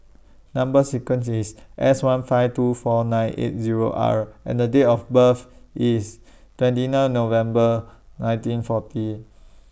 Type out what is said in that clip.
Number sequence IS S one five two four nine eight Zero R and The Date of birth IS twenty nine November nineteen forty